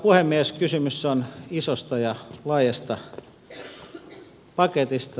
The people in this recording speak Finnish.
kysymys on isosta ja laajasta paketista